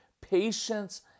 Patience